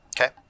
Okay